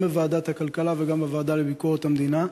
גם בוועדת הכלכלה וגם בוועדה לביקורת המדינה,